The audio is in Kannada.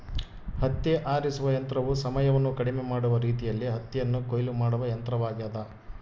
ಹತ್ತಿ ಆರಿಸುವ ಯಂತ್ರವು ಸಮಯವನ್ನು ಕಡಿಮೆ ಮಾಡುವ ರೀತಿಯಲ್ಲಿ ಹತ್ತಿಯನ್ನು ಕೊಯ್ಲು ಮಾಡುವ ಯಂತ್ರವಾಗ್ಯದ